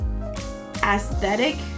aesthetic